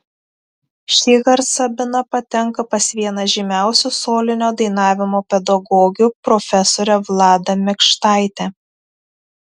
šįkart sabina patenka pas vieną žymiausių solinio dainavimo pedagogių profesorę vladą mikštaitę